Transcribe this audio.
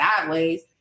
sideways